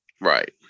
Right